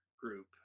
group